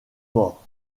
morts